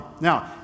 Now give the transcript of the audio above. Now